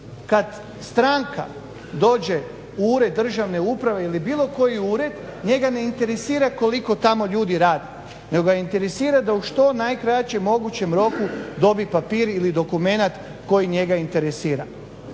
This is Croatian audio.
kada stranka dođe u ured državne uprave ili bilo koji ured njega ne interesira koliko tamo ljudi radi, nego ga interesira da u što najkraćem mogućem roku dobije papir ili dokumenta koji njega interesira.